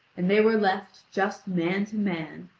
and they were left just man to man,